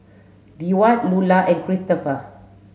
Deward Lulla and Christopher